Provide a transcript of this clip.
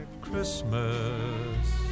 Christmas